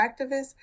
activists